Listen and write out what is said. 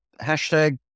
hashtag